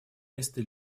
место